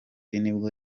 nibwo